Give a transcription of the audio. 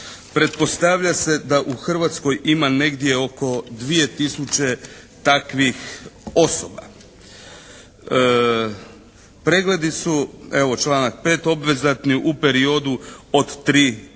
Pretpostavlja se da u Hrvatskoj ima negdje oko 2 tisuće takvih osoba. Pregledi su evo članak 5. obvezatni u periodu od 3 godine.